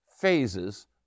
phases